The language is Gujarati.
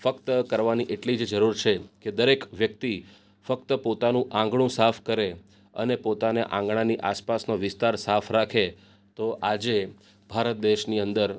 ફક્ત કરવાની એટલી જ જરૂર છે કે દરેક વ્યક્તિ ફક્ત પોતાનું આંગણું સાફ કરે અને પોતાને આંગણાની આસપાસનો વિસ્તાર સાફ રાખે તો આજે ભારત દેશની અંદર